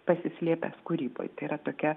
pasislėpęs kūryboj tai yra tokia